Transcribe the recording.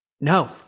no